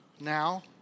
now